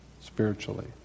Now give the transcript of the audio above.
spiritually